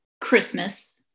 Christmas